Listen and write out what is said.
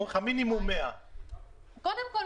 אז קודם כול,